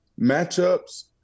matchups